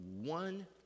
one